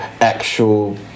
actual